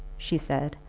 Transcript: she said,